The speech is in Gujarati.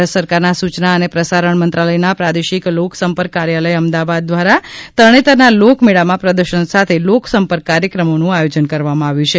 ભારત સરકારના સૂચના અને પ્રસારણ મંત્રાલયના પ્રાદેશિક લોકસંપર્ક કાર્યાલય અમદાવાદ દ્વારા તરણેતરના લોકમેળામાં પ્રદર્શન સાથે લોકસંપર્ક કાર્યક્રમોનું આયોજન કરવામાં આવ્યું છે